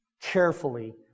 carefully